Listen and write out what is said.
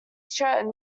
shirt